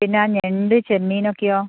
പിന്നെ ആ ഞണ്ട് ചെമ്മീൻ ഒക്കെയോ